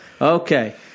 Okay